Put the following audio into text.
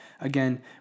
Again